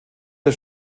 der